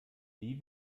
wie